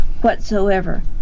whatsoever